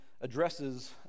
addresses